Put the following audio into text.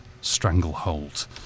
Stranglehold